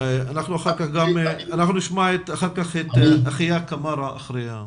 אחר כך נשמע את אחיה קמארה.